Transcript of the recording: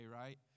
right